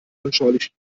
anschaulich